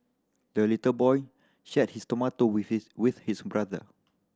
the little boy shared his tomato with his with his brother